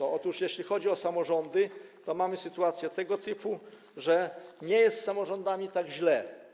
Otóż jeśli chodzi o samorządy, to mamy sytuację tego typu, że nie jest z samorządami tak źle.